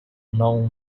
known